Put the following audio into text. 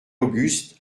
auguste